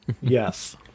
Yes